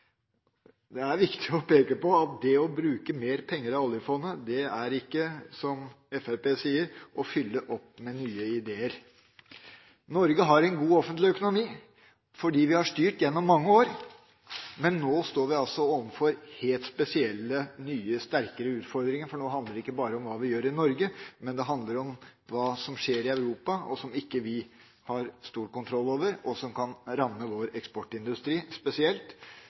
Det er viktig å peke på at det å bruke mer penger av oljefondet ikke er som Fremskrittspartiet sier, å fylle opp med nye ideer. Norge har en god offentlig økonomi fordi denne regjeringa har styrt gjennom mange år, men nå står vi overfor helt spesielle nye, sterkere utfordringer, for nå handler det ikke bare om hva vi gjør i Norge, men det handler om hva som skjer i Europa, som ikke vi har stor kontroll over, og som kan ramme vår eksportindustri spesielt.